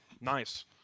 Nice